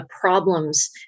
problems